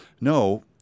no